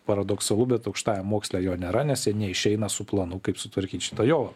paradoksalu bet aukštajam moksle jo nėra nes jie neišeina su planu kaip sutvarkyt šitą jovalą